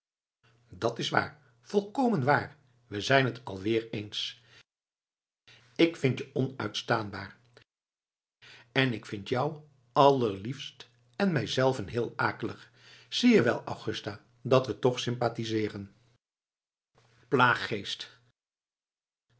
dat is waar volkomen waar we zijn t alweer eens ik vind je onuitstaanbaar en ik vind jou allerliefst en mijzelven heel akelig zie je wel augusta dat we toch